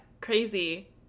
crazy